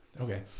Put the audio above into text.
Okay